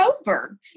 over